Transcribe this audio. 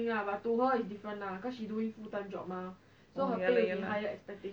oh ya lah ya lah